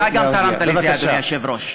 אתה גם תרמת לזה, אדוני היושב-ראש.